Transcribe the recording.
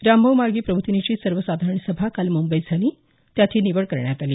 रामभाऊ म्हाळगी प्रबोधिनीची सर्वसाधारण सभा काल मुंबईत झाली त्यात ही निवड करण्यात आली